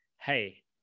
hey